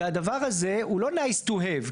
והדבר הזה הוא לא nice to have,